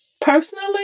personally